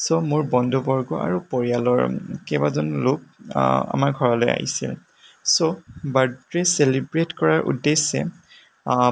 ছ' মোৰ বন্ধুবৰ্গ আৰু পৰিয়ালৰ কেইবাজনো লোক আমাৰ ঘৰলৈ আহিছে ছ' বাৰ্ডদে ছেলিব্ৰেট কৰাৰ উদ্দেশ্যে